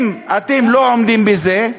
אם אתם לא עומדים בזה,